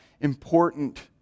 important